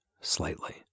slightly